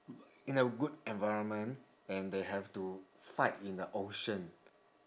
in a good environment and they have to fight in a ocean